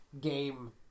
game